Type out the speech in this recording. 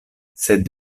sed